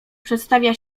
przedstawia